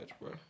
bro